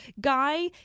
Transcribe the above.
Guy